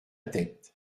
tête